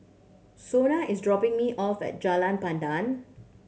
Shona is dropping me off at Jalan Pandan